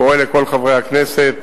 קורא לכל חברי הכנסת